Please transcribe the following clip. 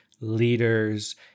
leaders